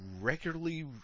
regularly